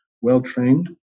well-trained